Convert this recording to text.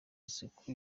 isuku